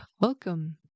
welcome